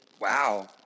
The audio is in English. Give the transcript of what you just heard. Wow